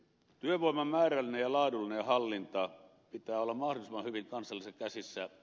työvoiman määrällisen ja laadullisen hallinnan pitää olla mahdollisimman hyvin kansallisissa käsissä